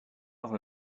not